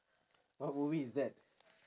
what movie is that